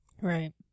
Right